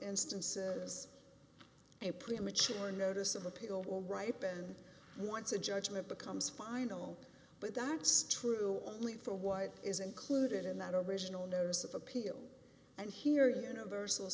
instances a premature notice of appeal will ripen once a judgment becomes final but that's true only for what is included in that original notice of appeal and here universal